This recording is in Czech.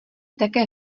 také